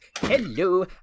Hello